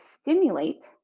stimulate